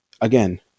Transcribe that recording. again